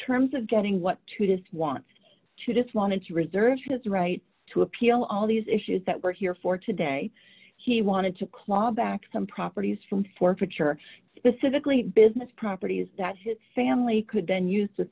terms of getting what to just want to just wanted to reserve his right to appeal all these issues that we're here for today he wanted to claw back some properties from forfeiture specifically business properties that his family could then use t